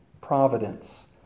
providence